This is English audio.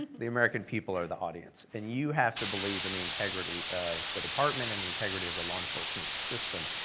the american people are the audience, and you have to believe in the integrity of the department, and the integrity of the law enforcement system.